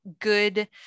good